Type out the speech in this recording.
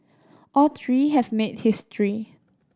all three have made history